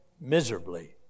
miserably